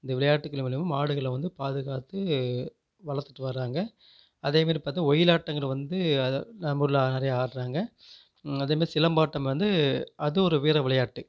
இந்த விளையாட்டுகள் மூலியமாக மாடுகளை வந்து பாதுகாத்து வளர்த்துட்டு வர்றாங்க அதேமாதிரி பார்த்தா ஒயிலாட்டங்கிறது வந்து அதை நம்ம ஊரில் நிறையா ஆடுறாங்க அதேமாதிரி சிலம்பாட்டம் வந்து அது ஒரு வீர விளையாட்டு